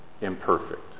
imperfect